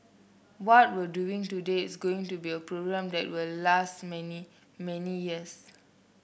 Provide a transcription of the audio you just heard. what we're doing today is going to be a program that will last many many years